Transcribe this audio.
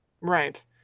Right